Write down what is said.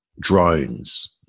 drones